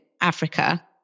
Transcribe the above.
Africa